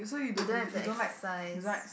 you don't have to exercise